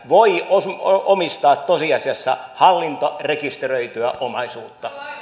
voi omistaa tosiasiassa hallintarekisteröityä omaisuutta